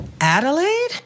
Adelaide